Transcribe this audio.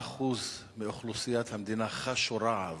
רוב